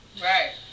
Right